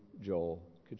Joel